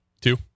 two